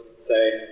say